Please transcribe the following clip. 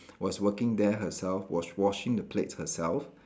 was working there herself was washing the plates herself